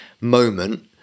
moment